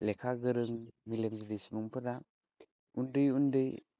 लेखा गोरों मेलेमजिबि सुबुंफोरा उन्दै उन्दै